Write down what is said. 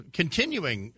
continuing